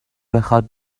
بخواد